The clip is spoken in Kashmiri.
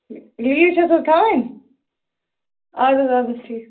لیٖو چھَس حظ تھاوٕنۍ اَدٕ حظ اَدٕ حظ ٹھیٖک